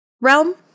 realm